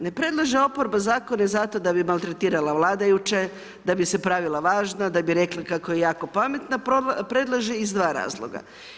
Ne predlaže oporbe zakone zato da bi maltretirala vladajuće, da bi se pravila važna, da bi rekli kako je jako pametna, predlaže iz 2 razloga.